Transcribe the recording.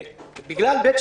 בגלל (ב2)